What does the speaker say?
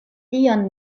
tion